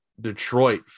Detroit